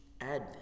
Advent